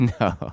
No